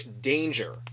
danger